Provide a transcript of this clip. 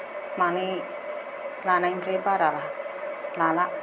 मानै लानायनिफ्राय बारा लाला